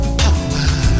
power